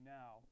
now